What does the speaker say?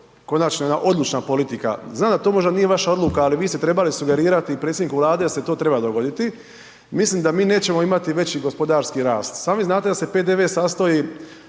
konačno jedna odlučna politika, znam da to možda nije vaša odluka, ali vi ste trebali sugerirati predsjedniku Vlade da se to treba dogoditi. Mislim da mi nećemo imati veći gospodarski rast i sami znate da se PDV sastoji,